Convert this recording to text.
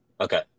Okay